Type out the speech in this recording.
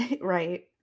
Right